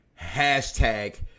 hashtag